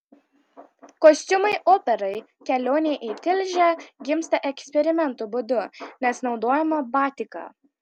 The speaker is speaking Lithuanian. kostiumai operai kelionė į tilžę gimsta eksperimentų būdu nes naudojama batika